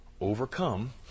overcome